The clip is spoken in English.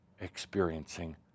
experiencing